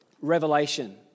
Revelation